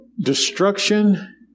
Destruction